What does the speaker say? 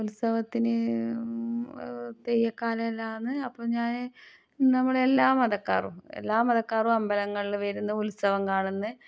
ഉത്സവത്തിന് തെയ്യക്കാലമെല്ലാമാണ് അപ്പം ഞാൻ നമ്മൾ എല്ലാ മതക്കാരും എല്ലാ മതക്കാരും അമ്പലങ്ങളിൽ വരുന്നു ഉത്സവം കാണുന്നു